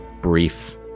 brief